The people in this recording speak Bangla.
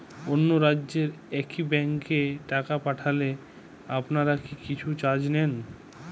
অন্য রাজ্যের একি ব্যাংক এ টাকা পাঠালে আপনারা কী কিছু চার্জ নেন?